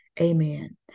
Amen